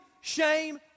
shame